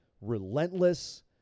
relentless